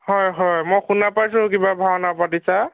হয় হয় মই শুনা পাইছোঁ কিবা ভাওনা পাতিছা